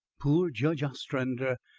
poor judge ostrander!